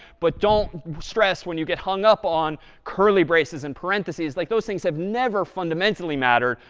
but don't stress when you get hung up on curly braces and parentheses. like, those things have never fundamentally mattered,